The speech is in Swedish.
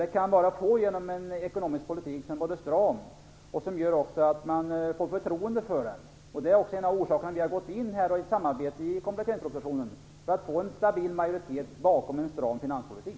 Det kan bara ske genom en ekonomisk politik som är stram och som man kan ha förtroende för. Det är också en av orsakerna till att vi har gått in i ett samarbete om kompletteringspropositionen, för att få en stabil majoritet bakom en stram finanspolitik.